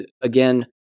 again